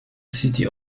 city